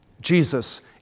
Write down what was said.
Jesus